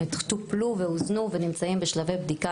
הם טופלו והוזנו ונמצאים בשלבי בדיקה